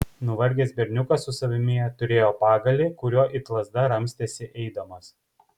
nuvargęs berniukas su savimi turėjo pagalį kuriuo it lazda ramstėsi eidamas